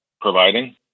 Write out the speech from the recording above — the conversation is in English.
providing